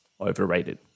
overrated